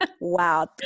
Wow